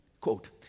quote